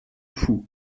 fous